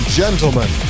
gentlemen